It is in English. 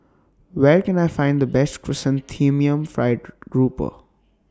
Where Can I Find The Best Chrysanthemum Fried Grouper